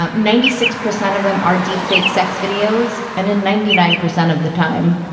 um ninety six percent of them are deep fake sex videos. and in ninety nine percent of the time,